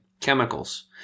chemicals